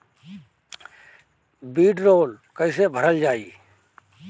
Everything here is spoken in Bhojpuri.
वीडरौल कैसे भरल जाइ?